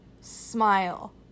smile